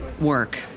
work